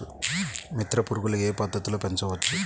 మిత్ర పురుగులు ఏ పద్దతిలో పెంచవచ్చు?